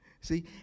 see